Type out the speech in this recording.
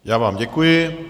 Já vám děkuji.